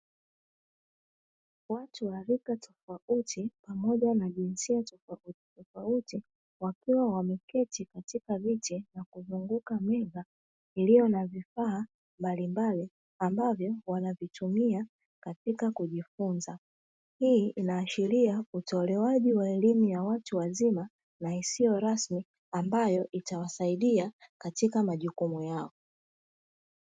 Watu wa rika tofauti pamoja na jinsia tofauti tofauti wakiwa wameketi katika viti na kuzunguka meza iliyo na vifaa mbalimbali ambavyo wanavitumia katika kujifunza. Hii inaashiria utolewaji wa elimu ya watu wazima na isiyo rasmi ambayo itawasaidia katika majukumu yao.